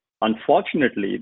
Unfortunately